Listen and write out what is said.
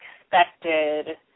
expected